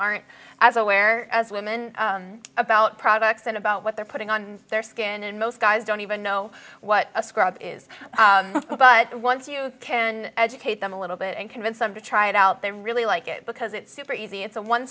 aren't as aware as women about products and about what they're putting on their skin and most guys don't even know what a scrub is but once you can educate them a little bit and convince them to try it out they really like it because it's super easy it's a one